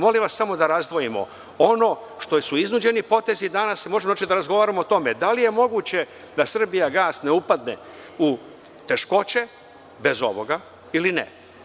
Molim vas samo da razdvojimo ono što su iznuđeni potezi danas i možemo da razgovaramo o tome da li je moguće da „Srbijagas“ ne upadne u teškoće bez ovoga ili ne.